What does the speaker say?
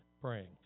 praying